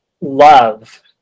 love